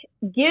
give